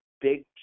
big